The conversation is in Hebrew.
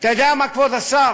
אתה יודע מה, כבוד השר?